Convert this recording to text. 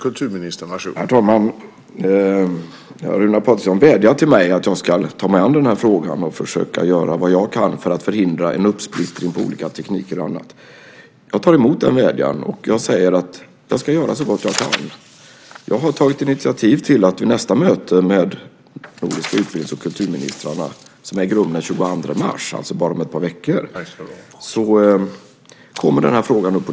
Herr talman! Runar Patriksson vädjar till mig att jag ska ta mig an den här frågan och försöka göra vad jag kan för att förhindra en uppsplittring på olika tekniker och annat. Jag tar emot den vädjan och säger att jag ska göra så gott jag kan. Jag har tagit initiativ till att frågan kommer upp på dagordningen vid nästa möte med de nordiska utbildnings och kulturministrarna. Mötet äger rum den 22 mars, alltså om bara ett par veckor.